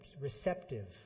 receptive